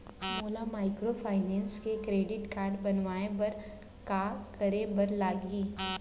मोला माइक्रोफाइनेंस के credit card बनवाए बर का करे बर लागही?